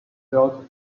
felt